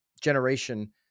generation